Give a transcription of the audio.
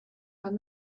from